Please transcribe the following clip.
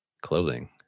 clothing